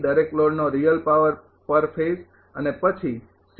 દરેક લોડનો real power પર ફેઝ અને પછી સી